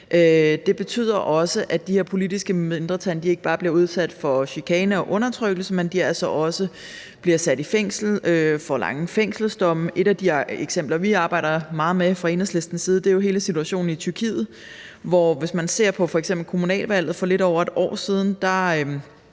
Det betyder også, at de politiske mindretal ikke bare bliver udsat for chikane og undertrykkelse, men altså også bliver sat i fængsel og får lange fængselsdomme. Et af de eksempler, vi fra Enhedslistens side arbejder meget med, er hele situationen i Tyrkiet. Ved kommunalvalget for lidt over et år siden